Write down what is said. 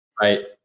Right